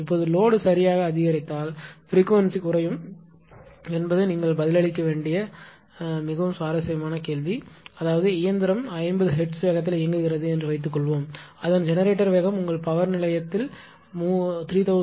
இப்போது லோடு யாக அதிகரித்தால் பிரிகுவென்ஸி குறையும் என்பது நீங்கள் பதிலளிக்க வேண்டியத மிகவும் சுவாரஸ்யமான கேள்வி அதாவது இயந்திரம் 50 ஹெர்ட்ஸில் வேகத்தில் இயங்குகிறது என்று வைத்துக்கொள்வோம் அதன் ஜெனரேட்டர் வேகம் உங்கள் பவர் நிலையத்தில் 3000 RPM